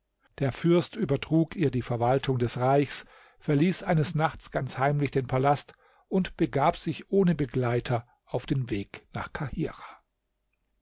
der fürst übertrug ihr die verwaltung des reichs verließ eines nachts ganz heimlich den palast und begab sich ohne begleiter auf den weg nach